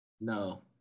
No